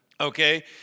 Okay